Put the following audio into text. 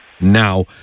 now